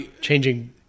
Changing